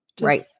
Right